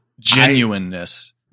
genuineness